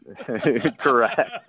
Correct